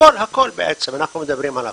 הכול הכול בעצם, אנחנו מדברים על הכול.